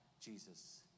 Jesus